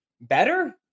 better